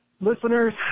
listeners